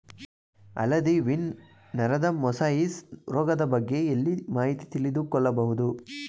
ಹಳದಿ ವೀನ್ ನರದ ಮೊಸಾಯಿಸ್ ರೋಗದ ಬಗ್ಗೆ ಎಲ್ಲಿ ಮಾಹಿತಿ ತಿಳಿದು ಕೊಳ್ಳಬಹುದು?